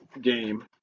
game